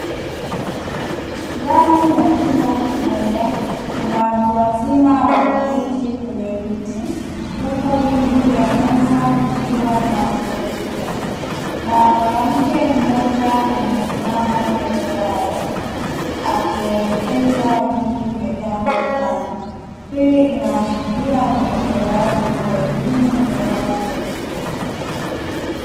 Ndani ya chumba kimoja kuna watu wazima wameketi kwenye viti, huku juu ya meza kukiwa na kompyuta. Na mwanamke mmoja amesimama mbele yao akielekeza juu ya jambo fulani. Hii inaasharia ni utolewaji wa elimu ya watu wazima.